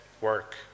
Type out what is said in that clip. work